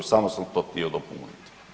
Samo sam to htio dopuniti.